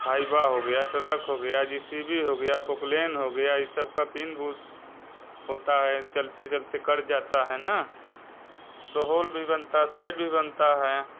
हयबा हो गया ट्रक हो गया जे सी बी हो गया पोपलेन हो गया ये सब का पिन फुस्स होता है चलते चलते कर जाता है ना तो होल भी बनता साइड भी बनता है